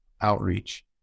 outreach